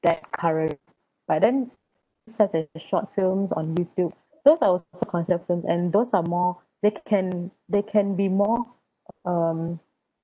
that current but then such a short films on youtube both I will consider a film and those are more they can they can be more um